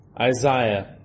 Isaiah